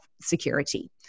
security